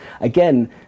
again